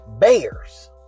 Bears